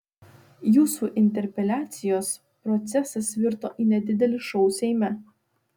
jūsų interpeliacijos procesas virto į nedidelį šou seime